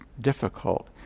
difficult